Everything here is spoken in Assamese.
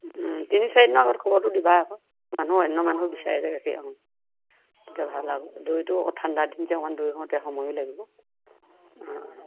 তিনি চাৰিদিনৰ আগত খবৰটো দিবা আকৌ মানুহ অন্য মানুহ বিচাৰে যে গাখীৰ অঁ তেতিয়া ভাল আৰু দৈটো আকৌ ঠাণ্ডা দিন যে অকণমান দৈ হওতে সময়ো লাগিব অঁ